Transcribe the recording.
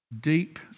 deep